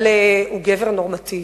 אבל הוא גבר נורמטיבי.